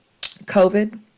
COVID